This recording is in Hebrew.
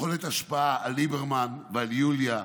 שום יכולת השפעה על ליברמן ועל יוליה.